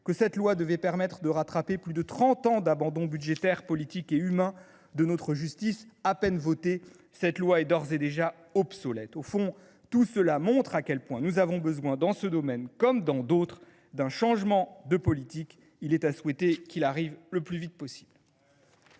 qu’elle permettrait de rattraper plus de trente ans d’abandon budgétaire, politique et humain de notre justice. À peine votée, cette loi est d’ores et déjà obsolète ! Au fond, tout cela montre à quel point nous avons besoin, dans ce domaine comme dans d’autres, d’un changement de politique ; il est à souhaiter qu’il arrive le plus vite possible.